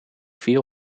viel